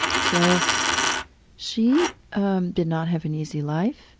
so she um did not have an easy life.